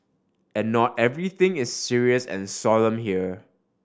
and not everything is serious and solemn here